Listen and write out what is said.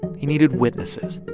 he needed witnesses.